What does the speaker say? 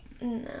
No